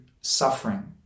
suffering